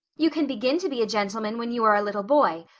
you can begin to be a gentleman when you are a little boy.